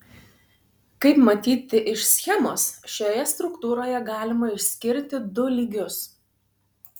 kaip matyti iš schemos šioje struktūroje galima išskirti du lygius